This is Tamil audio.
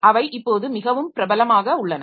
அவை இப்போது மிகவும் பிரபலமாக உள்ளன